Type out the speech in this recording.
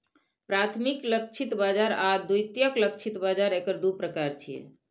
प्राथमिक लक्षित बाजार आ द्वितीयक लक्षित बाजार एकर दू प्रकार छियै